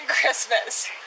Christmas